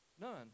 None